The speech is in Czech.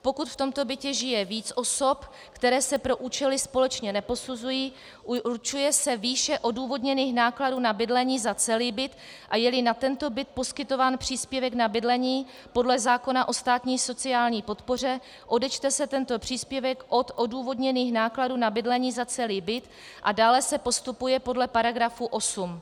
Pokud v tomto bytě žije víc osob, které se pro účely společně neposuzují, určuje se výše odůvodněných nákladů na bydlení za celý byt, a jeli na tento byt poskytován příspěvek na bydlení podle zákona o státní sociální podpoře, odečte se tento příspěvek od odůvodněných nákladů na bydlení za celý byt a dále se postupuje podle § 8.